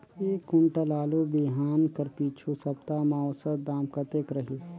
एक कुंटल आलू बिहान कर पिछू सप्ता म औसत दाम कतेक रहिस?